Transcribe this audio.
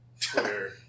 Twitter